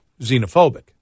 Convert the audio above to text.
xenophobic